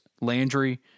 Landry